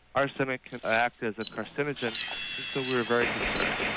arsenic can act as a carcinogen and so we were very concerned.